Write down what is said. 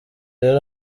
rero